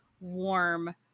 warm